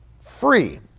free